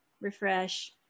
refresh